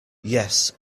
yes